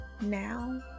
now